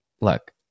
look